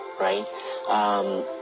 right